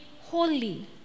holy